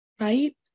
right